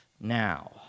Now